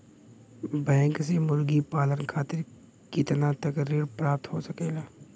Bank से मुर्गी पालन खातिर कितना तक ऋण प्राप्त हो सकेला?